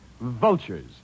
Vultures